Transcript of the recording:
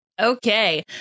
Okay